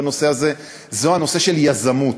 זה הנושא של יזמות.